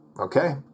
Okay